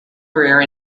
career